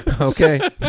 okay